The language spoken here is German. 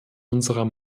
unserer